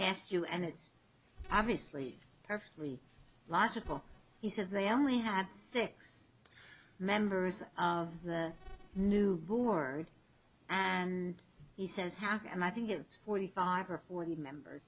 asked you and it's obviously perfectly logical he says they only have six members of the new board and he says half and i think it's forty five or forty members